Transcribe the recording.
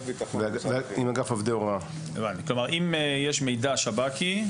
אז מה עושים במידה ומקבלים מידע מהשב״כ?